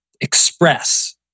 express